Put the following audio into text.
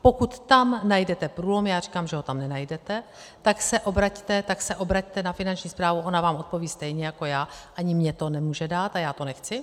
Pokud tam najdete průlom, já říkám, že ho tam nenajdete, tak se obraťte na Finanční správu, ona vám odpoví stejně jako já, ani mně to nemůže dát a já to nechci.